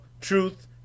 truth